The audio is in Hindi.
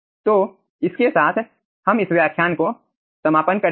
तो इसके साथ हम इस व्याख्यान का समापन करेंगे